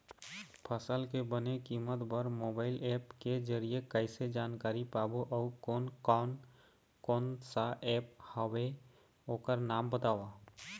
फसल के बने कीमत बर मोबाइल ऐप के जरिए कैसे जानकारी पाबो अउ कोन कौन कोन सा ऐप हवे ओकर नाम बताव?